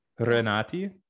Renati